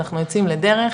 אנחנו יוצאים לדרך,